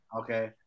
Okay